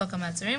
חוק המעצרים),